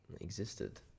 existed